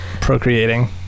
procreating